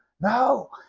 no